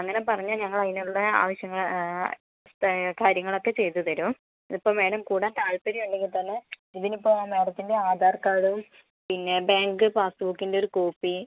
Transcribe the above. അങ്ങനെ പറഞ്ഞാൽ ഞങ്ങൾ അതിനുള്ള ആവശ്യങ്ങള് കാര്യങ്ങളൊക്കെ ചെയ്തു തരും ഇപ്പോൾ മാഡം കൂടാന് താല്പര്യം ഉണ്ടെങ്കിൽ തന്നെ ഇതിനിപ്പോൾ മാഡത്തിന്റെ ആധാര് കാര്ഡും പിന്നെ ബാങ്ക് പാസ് ബുക്കിന്റെ ഒരു കോപ്പി